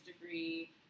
degree